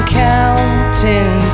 counting